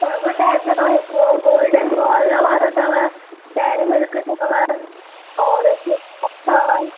सभ अथव अचो तव्हां हिकु गोल्डन बॉल वारो अथव डैरी मिल्क अथव ओरेंज फ्लेव अथव